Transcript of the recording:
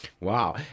Wow